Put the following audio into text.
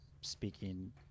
speaking